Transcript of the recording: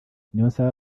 niyonsaba